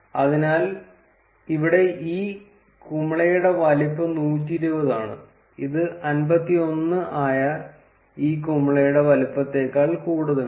അതിനാൽ ഇവിടെ ഈ കുമിളയുടെ വലുപ്പം 120 ആണ് ഇത് 51 ആയ ഈ കുമിളയുടെ വലുപ്പത്തേക്കാൾ കൂടുതലാണ്